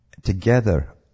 Together